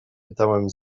pytałem